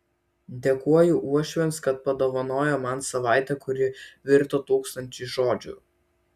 dėkoju uošviams kad padovanojo man savaitę kuri virto tūkstančiais žodžių